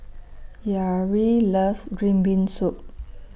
Yareli loves Green Bean Soup